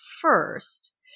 first